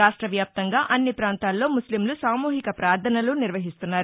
రాష్టవ్యాప్తంగా అన్ని ప్రాంతాల్లో ముస్లింలు సామూహిక పార్దనలు నిర్వహిస్తున్నారు